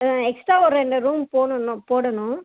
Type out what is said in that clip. ஆ extra ஒரு ரெண்டு room போடணும் போடணும்